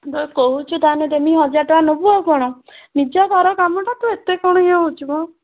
ଯଦି କହୁଛୁ ତା'ହେନେ ଦେମି ହଜାର ଟଙ୍କା ନେବୁ ଆଉ କ'ଣ ନିଜ ଘର କାମଟା ତୁ ଏତେ କ'ଣ ଇଏ ହେଉଛୁ ମ